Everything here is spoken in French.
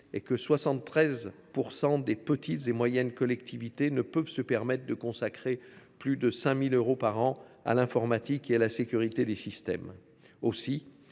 est que 73 % des petites et moyennes collectivités ne peuvent se permettre de consacrer plus de 5 000 euros par an à l’informatique et à la sécurité des systèmes.